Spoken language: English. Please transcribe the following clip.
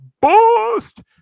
boost